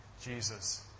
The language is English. Jesus